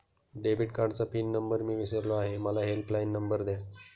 debit कार्डचा pin number मी विसरलो आहे मला हेल्पलाइन नंबर द्या